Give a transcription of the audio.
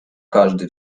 każdy